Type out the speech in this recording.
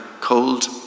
cold